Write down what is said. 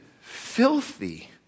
filthy